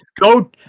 Go